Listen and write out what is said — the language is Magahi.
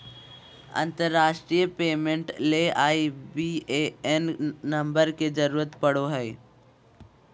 अंतरराष्ट्रीय पेमेंट ले आई.बी.ए.एन नम्बर के जरूरत पड़ो हय